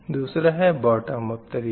दूसरा है bottom up तरीक़ा